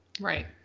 Right